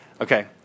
Okay